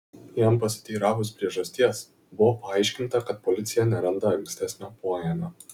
jam pasiteiravus priežasties buvo paaiškinta kad policija neranda ankstesnio poėmio